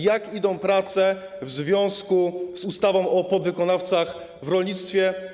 Jak przebiegają prace w związku z ustawą o podwykonawcach w rolnictwie?